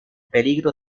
peligro